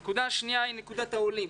הנקודה השנייה היא העולים.